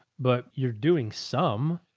but you're doing some.